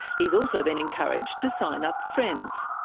he's also been encouraged to sign up friends.